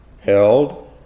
held